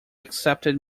accepted